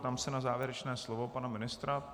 Ptám se na závěrečné slovo pana ministra.